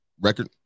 record